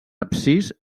absis